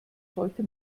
sollte